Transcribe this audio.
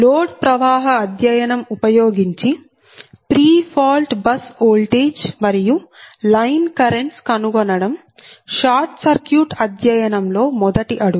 load ప్రవాహ అధ్యయనం ఉపయోగించి ప్రీ ఫాల్ట్ బస్ ఓల్టేజ్ మరియు లైన్ కరెంట్స్ కనుగొనడం షార్ట్ సర్క్యూట్ అధ్యయనం లో మొదటి అడుగు